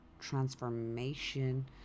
transformation